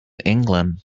england